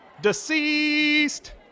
deceased